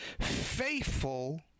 faithful